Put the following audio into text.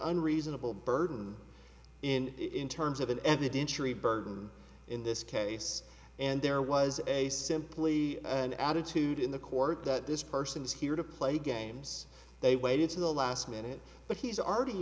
unreasonable burden in terms of an evidentiary burden in this case and there was a simply an attitude in the court that this person is here to play games they waited to the last minute but he's already